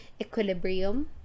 equilibrium